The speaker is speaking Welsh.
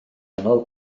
anodd